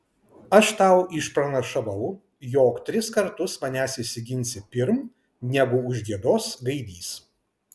aš tau išpranašavau jog tris kartus manęs išsiginsi pirm negu užgiedos gaidys